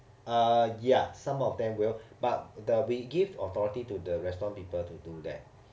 uh ya some of them will but uh we give authority to the restaurant people to do that